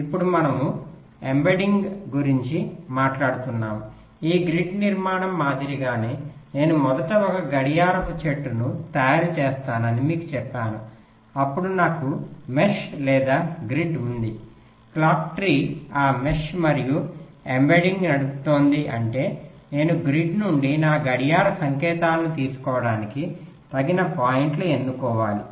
ఇప్పుడు మనము ఎంబెడ్డింగ్ గురించి మాట్లాడుతున్నాము ఆ గ్రిడ్ నిర్మాణం మాదిరిగానే నేను మొదట ఒక గడియారపు చెట్టును తయారుచేస్తానని మీకు చెప్పాను అప్పుడు నాకు మెష్ లేదా గ్రిడ్ ఉంది క్లాక్ ట్రీ ఆ మెష్ మరియు ఎంబెడ్డింగ్ నడుపుతోంది అంటే నేను గ్రిడ్ నుండి నా గడియార సంకేతాలను తీసుకోవడానికి తగిన పాయింట్లు ఎన్నుకోవాలి